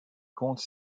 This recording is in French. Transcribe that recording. compte